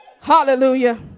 Hallelujah